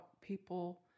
people